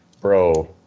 bro